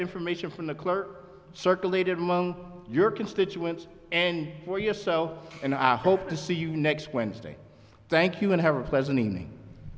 information from the clerk circulated among your constituents and for yourself and i hope to see you next wednesday thank you and have a pleasant evening